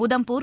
Udhampur